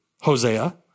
Hosea